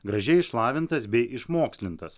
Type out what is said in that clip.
gražiai išlavintas bei išmokslintas